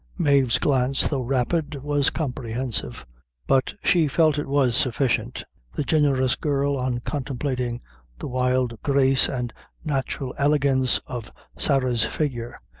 mave's glance, though rapid, was comprehensive but she felt it was sufficient the generous girl, on contemplating the wild grace and natural elegance of sarah's figure,